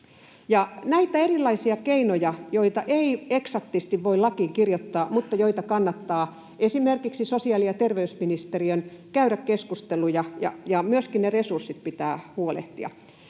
ovat erilaisia keinoja, joita ei eksaktisti voi lakiin kirjoittaa mutta joista kannattaa esimerkiksi sosiaali- ja terveysministeriön käydä keskusteluja, ja myöskin resursseista pitää huolehtia.